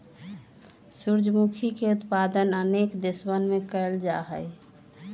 सूर्यमुखी के उत्पादन अनेक देशवन में कइल जाहई